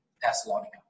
Thessalonica